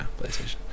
PlayStation